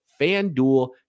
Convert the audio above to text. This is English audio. FanDuel